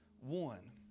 one